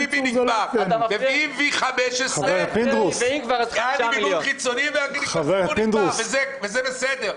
מביאים 15V ---, וזה בסדר.